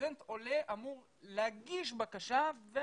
סטודנט עולה אמור להגיש בקשה.